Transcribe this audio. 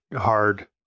hard